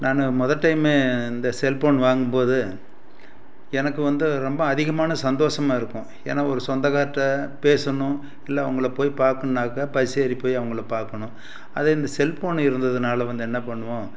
நான் மொதல் டைம் இந்த செல்போன் வாங்கும் போது எனக்கு வந்து ரொம்ப அதிகமான சந்தோஷமாக இருப்போம் ஏனால் ஒரு சொந்தக்காரர்ட்ட பேசணும் இல்லை அவங்கள போய் பார்க்கணுன்னாக்க பஸ் ஏறிப்போய் அவங்கள பார்க்கணும் அதே இந்த செல்போனு இருந்ததுனால வந்து என்ன பண்ணுவோம்